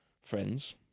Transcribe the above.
friends